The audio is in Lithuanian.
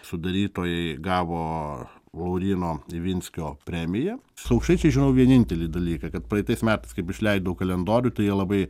sudarytojai gavo lauryno ivinskio premiją su aukštaičiais žinau vienintelį dalyką kad praeitais metais kaip išleidau kalendorių tai jie labai